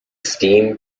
steam